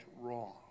wrong